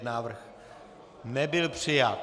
Návrh nebyl přijat.